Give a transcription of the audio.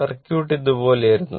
circuit ഇതുപോലെ ആയിരുന്നു